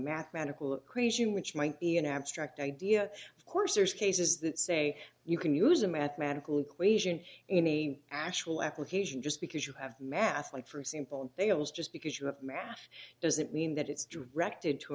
mathematical equation which might be an abstract idea of course there's cases that say you can use a mathematical equation any actual application just because you have math like for example and they always just because you have math doesn't mean that it's directed to